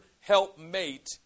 helpmate